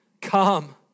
come